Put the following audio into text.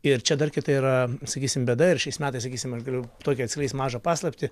ir čia dar kita yra sakysim bėda ir šiais metais sakysim aš galiu tokią atskleist mažą paslaptį